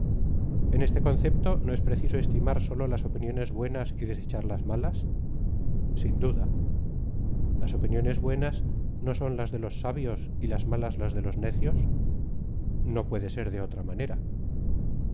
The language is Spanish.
en este concepto no es preciso estimar sólo las opiniones buenas y desechar las malas sin duda las opiniones buenas no son las de los sabios y las malas las de los necios no puede ser de otra manera